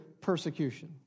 persecution